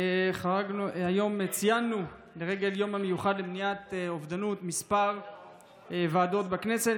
היום ציינו את היום המיוחד למניעת אובדנות בכמה ועדות בכנסת,